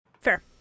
Fair